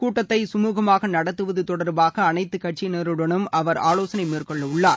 கூட்டத்தை சுமுகமாக நடத்துவது தொடர்பாக அனைத்து கட்சியிருடனும் அவர் ஆவோசனை மேற்கொள்ள உள்ளார்